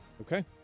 Okay